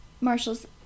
marshall's